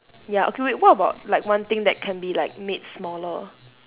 ya okay wait what about like one thing that can be like made smaller